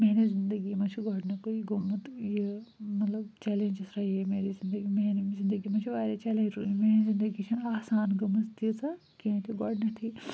میٛانہِ زِندگی منٛز چھِ گۄڈٕنیُکُے گوٚمُت یہِ مطلب چٮ۪لینٛجٕس رہے ہیں میری زندگی میں میٛانہِ ییٚمہِ زندگی منٛز چھِ واریاہ چٮ۪لینٛج میٛٲنۍ زندگی چھَنہٕ آسان گٔمٕژ تیٖژاہ کیٚنٛہہ تہِ گۄڈٕنٮ۪تھٕے